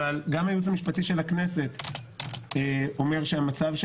אבל גם הייעוץ המשפטי של הכנסת אומר שהמצב הנוכחי